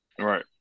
Right